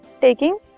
taking